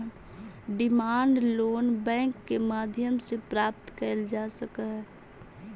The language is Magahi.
डिमांड लोन बैंक के माध्यम से प्राप्त कैल जा सकऽ हइ